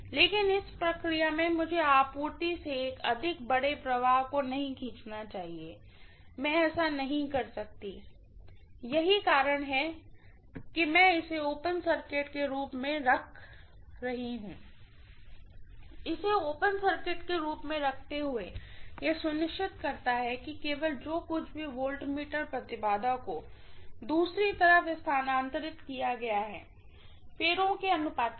लेकिन इस प्रक्रिया में मुझे आपूर्ति से अधिक बड़े प्रवाह को नहीं नहीं खींचना चाहिए मैं ऐसा नहीं कर सकती यही कारण है कि मैं इसे ओपन सर्किट के रूप में रख ओपन सर्किट इसे ओपन सर्किट के रूप में रखते हुए यह सुनिश्चित करता है कि केवल जो कुछ भी वोल्टमीटर इम्पीडेन्स को दूसरी तरफ स्थानांतरित किया गया है फेरों के अनुपात के साथ